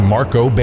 Marco